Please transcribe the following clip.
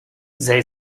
zij